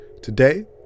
today